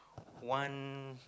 one